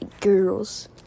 girls